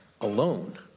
alone